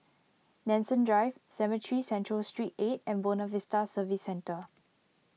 Nanson Drive Cemetry Central Street eight and Buona Vista Service Centre